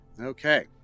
Okay